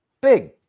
big